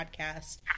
podcast